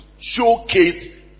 showcase